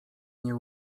nie